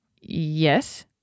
yes